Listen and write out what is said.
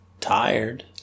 tired